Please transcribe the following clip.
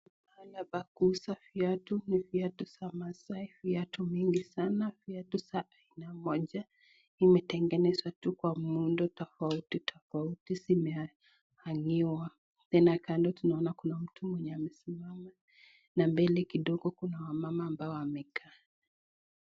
Pahali pa kuuza viatu ni viatu vya maasai, viatu mingi sana viatu vya aina moja, imetengeneswa tu Kwa muhundo tafauti tafauti zimeaniwa tena kando tunaona mtu mwenye amesimama na mbele kidogo Kuna wamama ambao wamekaa.